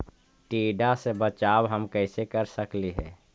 टीडा से बचाव हम कैसे कर सकली हे?